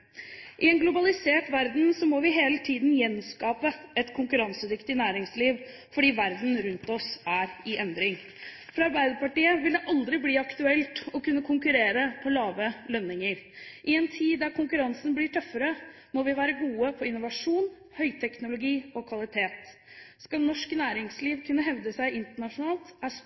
I en globalisert verden må vi hele tiden gjenskape et konkurransedyktig næringsliv, fordi verden rundt oss er i endring. For Arbeiderpartiet vil det aldri bli aktuelt å konkurrere på lave lønninger. I en tid der konkurransen blir tøffere, må vi være gode på innovasjon, høyteknologi og kvalitet. Skal norsk næringsliv kunne hevde seg internasjonalt, er